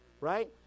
right